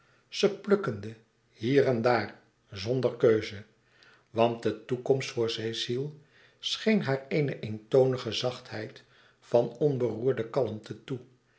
ze plukkende hier en daar zonder keuze want de toekomst voor cecile scheen haar eene eentonige zachtheid van onberoerde kalmte toe